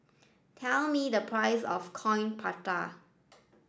tell me the price of Coin Prata